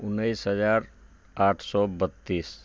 उनैस हजार आठ सओ बत्तीस